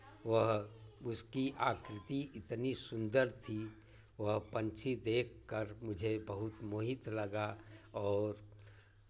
वह उसकी आकृति इतनी सुंदर थी वह पंछी देखकर मुझे बहुत मोहित लगा और